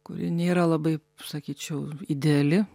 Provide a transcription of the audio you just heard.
kuri nėra labai sakyčiau ideali